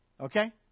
Okay